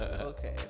okay